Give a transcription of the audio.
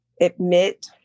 admit